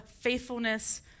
faithfulness